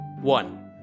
One